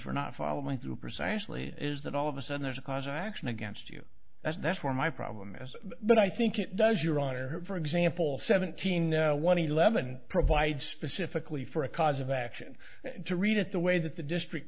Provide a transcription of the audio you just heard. for not following through precisely is that all of a sudden there's a cause of action against you that's that's where my problem is but i think it does your honor for example seventeen one eleven provides specifically for a cause of action to read it the way that the district